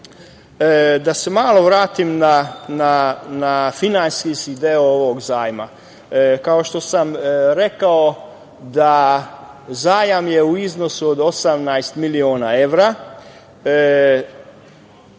se vratim na finansijski deo ovog zajma. Kao što sam rekao da je zajam u iznosu od 18 miliona evra,